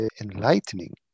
enlightening